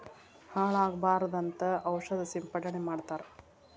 ಹಾಳ ಆಗಬಾರದಂತ ಔಷದ ಸಿಂಪಡಣೆ ಮಾಡ್ತಾರ